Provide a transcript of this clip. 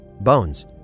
Bones